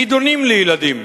חידונים לילדים,